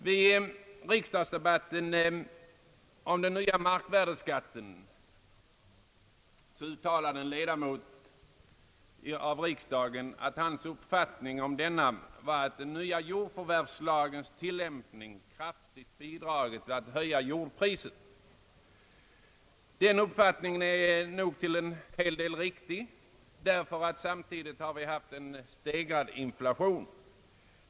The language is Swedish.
Vid riksdagsdebatten om den nya markvärdeskatten sade en ledamot av riksdagen, att den nya jordförvärvslagens tillämpning kraftigt bidragit till att höja jordpriset. Den uppfattningen är nog till en hel del riktig, ty vi har samtidigt haft en stegrad inflation.